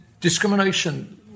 discrimination